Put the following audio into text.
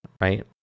right